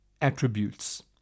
attributes